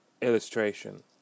illustration